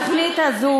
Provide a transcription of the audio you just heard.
אתה כל הזמן מפריע.